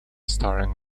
starring